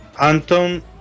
Anton